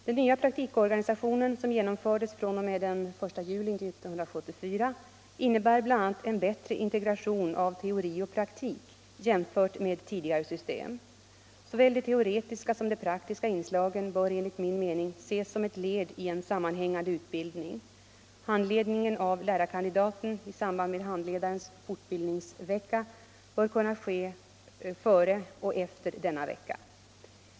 Den nya praktikorganisationen, som genomfördes fr.o.m. den 1 juli 1974, innebär bl.a. en bättre integration av teori och praktik jämfört med tidigare system. Såväl de teoretiska som de praktiska inslagen bör enligt min mening ses som ett led i en sammanhängande utbildning. Handledningen av lärarkandidaten i samband med handledarens fortbildningsvecka bör kunna ske före och efter denna vecka.